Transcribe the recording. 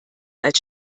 als